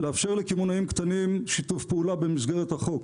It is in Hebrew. לאפשר לקמעונאים קטנים שיתוף פעולה במסגרת החוק.